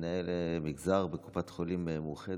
מנהל מגזר בקופת חולים מאוחדת.